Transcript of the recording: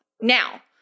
Now